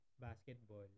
basketball